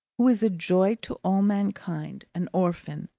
who is a joy to all mankind, an orphan.